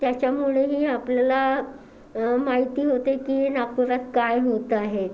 त्याच्यामुळेही आपल्याला माहिती होते की नागपुरात काय होतं आहे